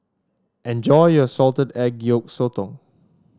enjoy your Salted Egg Yolk Sotong